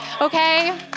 okay